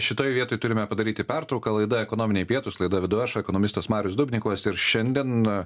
šitoj vietoj turime padaryti pertrauką laida ekonominiai pietūs laidą vedu aš ekonomistas marius dubnikovas ir šiandien